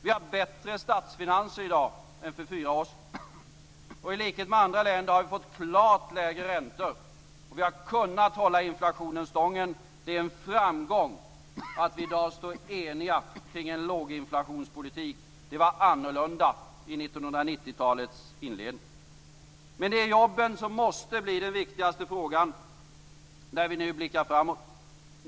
Vi har bättre statsfinanser i dag än för fyra år sedan, och i likhet med andra länder har vi fått klart lägre räntor. Vi har kunnat hålla inflationen stången. Det är en framgång att vi i dag står eniga kring en låginflationspolitik. Det var annorlunda i 1990-talets inledning. Men det är jobben som måste bli den viktigaste frågan när vi nu blickar framåt.